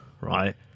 right